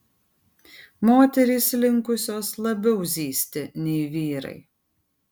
moterys linkusios labiau zyzti nei vyrai